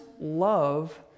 love